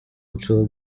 лучшего